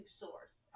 source